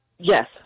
Yes